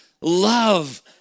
love